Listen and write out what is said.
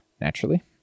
Naturally